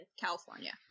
California